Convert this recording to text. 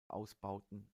ausbauten